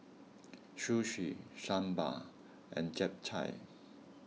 Sushi Sambar and Japchae